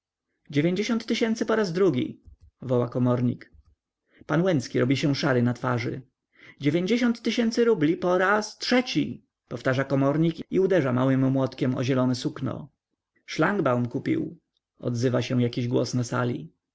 dziewięćdziesiąt tysięcy po raz drugi woła komornik pan łęcki robi się szary na twarzy dziewięćdziesiąt tysięcy rubli po raz trzeci powtarza komornik i uderza małym młotkiem o zielone sukno szlangbaum kupił odzywa się jakiś głos na sali